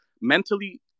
mentally